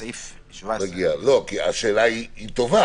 סעיף 17. השאלה טובה.